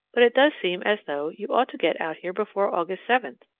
but it does seem as though, you ought to get out here before august seven.